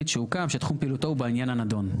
שהוקם שתחום פעילותו הוא בעניין הנדון".